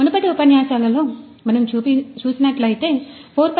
మునుపటి ఉపన్యాసాలలో మనం చూసినట్లుపరిశ్రమ 4